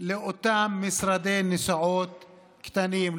לאותם משרדי נסיעות קטנים.